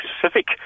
Pacific